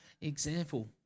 example